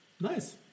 nice